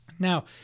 Now